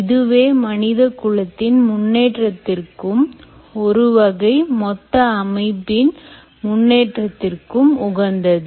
இதுவே மனிதகுலத்தின் முன்னேற்றத்திற்கும் ஒருவகையில் மொத்த அமைப்பின் முன்னேற்றத்திற்கு உகந்தது